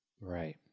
Right